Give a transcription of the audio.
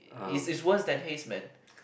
is is worst that haze man